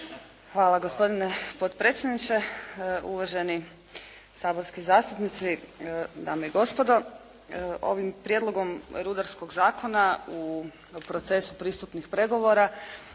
Hvala gospodine potpredsjedniče, uvaženi saborski zastupnici, dame i gospodo. Ovim Prijedlogom rudarskog zakona u procesu pristupnih pregovora